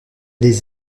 des